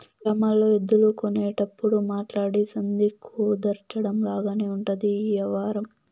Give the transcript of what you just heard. గ్రామాల్లో ఎద్దులు కొనేటప్పుడు మాట్లాడి సంధి కుదర్చడం లాగానే ఉంటది ఈ యవ్వారం